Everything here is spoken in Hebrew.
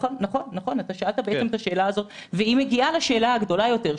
זה נוגע לשאלה הגדולה היותר,